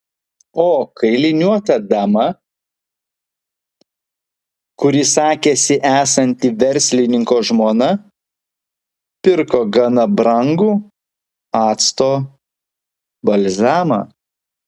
o kailiniuota dama kuri sakėsi esanti verslininko žmona pirko gana brangų acto balzamą